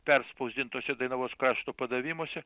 perspausdintuose dainavos krašto padavimuose